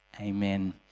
amen